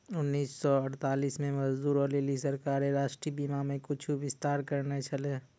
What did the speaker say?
उन्नीस सौ अड़तालीस मे मजदूरो लेली सरकारें राष्ट्रीय बीमा मे कुछु विस्तार करने छलै